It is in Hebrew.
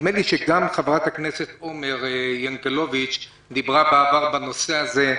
נדמה לי שגם חברת הכנסת עומר ינקלביץ' דיברה בעבר על הנושא הזה.